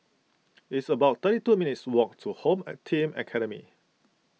it's about thirty two minutes' walk to Home a Team Academy